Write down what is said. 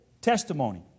testimony